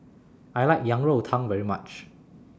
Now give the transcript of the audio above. I like Yang Rou Tang very much